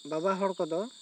ᱵᱟᱵᱟ ᱦᱚᱲ ᱠᱚᱫᱚ